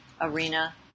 arena